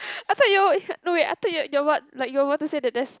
I thought you no wait I thought you you what like you want to say the dress